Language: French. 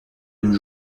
nous